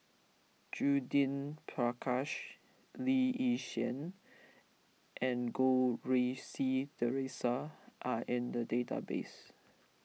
Judith Prakash Lee Yi Shyan and Goh Rui Si theresa are in the database